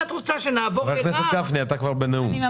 חבר הכנסת גפני, אתה כבר בנאום.